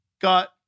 got